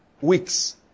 weeks